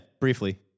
briefly